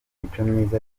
micomyiza